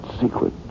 secret